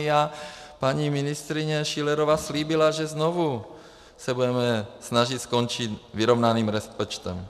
A paní ministryně Schillerová slíbila, že se znovu budeme snažit skončit vyrovnaným rozpočtem.